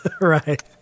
Right